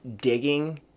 digging